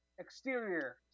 Exterior